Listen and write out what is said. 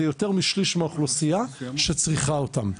אלו יותר משליש מהאוכלוסייה שצריכה אותם,